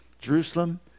Jerusalem